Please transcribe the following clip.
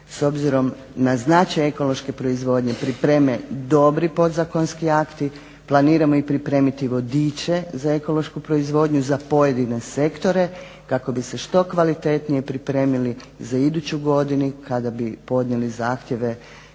s obzirom na značaj ekološke proizvodnje pripreme dobri podzakonski akti. Planiramo i pripremiti vodiče za ekološku proizvodnju za pojedine sektore kako bi se što kvalitetnije pripremili za iduću godinu kada bi podnijeli zahtjeve